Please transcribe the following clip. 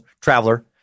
traveler